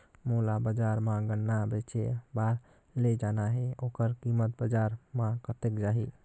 मोला बजार मां गन्ना बेचे बार ले जाना हे ओकर कीमत बजार मां कतेक जाही?